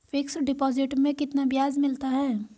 Fix deposit में कितना ब्याज मिलता है?